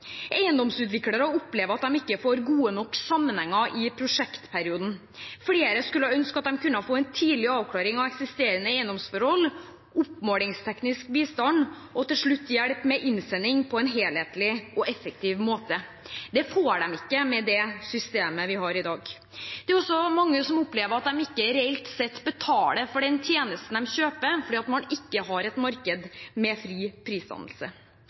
Eiendomsutviklere opplever at de ikke får god nok sammenheng i prosjektperioden. Flere skulle ha ønsket at de kunne få en tidligere avklaring av eksisterende eiendomsforhold, oppmålingsteknisk bistand og til slutt hjelp med innsending på en helhetlig og effektiv måte. Det får de ikke med det systemet vi har i dag. Det er så mange som opplever at de ikke reelt sett betaler for den tjenesten de kjøper, fordi man ikke har et marked med fri prisdannelse.